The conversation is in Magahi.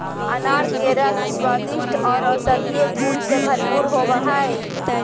अनार के रस स्वादिष्ट आर औषधीय गुण से भरपूर होवई हई